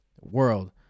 world